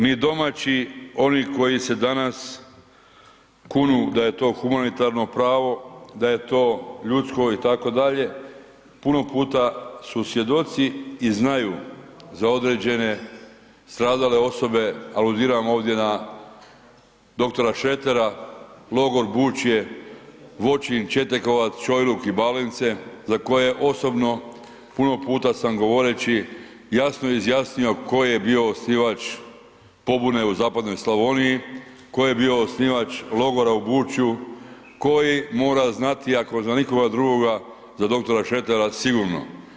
Mi domaći oni koji se danas kunu da je to humanitarno pravo, da je to ljudsko itd., puno puta su svjedoci i znaju za određene stradale osobe, aludiram ovdje na dr. Šretera, logor Bučje Govornik se ne razumije./... za koje osobno puno puta sam govoreći jasno izjasnio tko je bio osnivač pobune u zapadnoj Slavoniji, tko je bio osnivač logora u Bučju, koji mora znati, ako za nikoga drugoga za dr. Šretera sigurno.